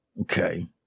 okay